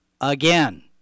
Again